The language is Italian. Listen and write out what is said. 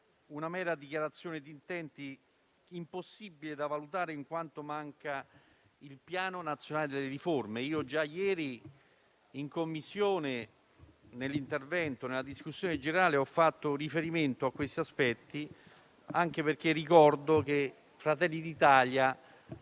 una mera dichiarazione di intenti, impossibile da valutare, in quanto manca il Piano nazionale delle riforme. Io già ieri in Commissione, nell'intervento in discussione generale, ho fatto riferimento a questi aspetti. Anche perché ricordo che Fratelli d'Italia